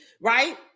right